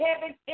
heaven